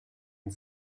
und